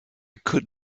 could